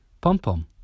Pom-Pom